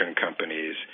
companies